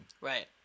Right